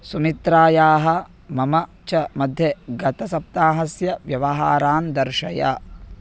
सुमित्रायाः मम च मध्ये गतसप्ताहस्य व्यवहारान् दर्शय